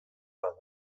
bat